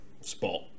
spot